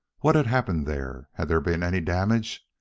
what had happened there? had there been any damage?